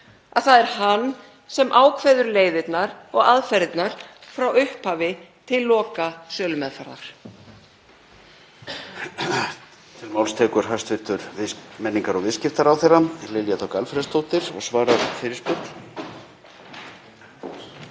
að það er hann sem ákveður leiðirnar og aðferðirnar frá upphafi til loka sölumeðferðar?